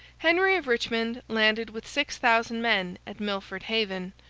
henry of richmond landed with six thousand men at milford haven,